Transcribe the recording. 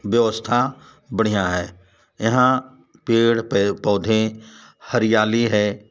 व्यवस्था बढ़िया है यहाँ पेड़ पै पौधे हरियाली है